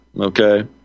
Okay